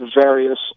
Various